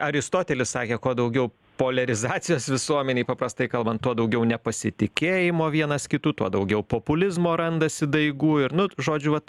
aristotelis sakė kuo daugiau poliarizacijos visuomenėj paprastai kalbant tuo daugiau nepasitikėjimo vienas kitu tuo daugiau populizmo randasi daigų ir nu žodžiu vat